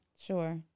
Sure